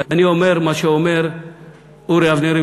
ואני אומר מה שאומר אורי אבנרי,